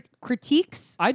critiques